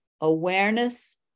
awareness